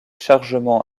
chargement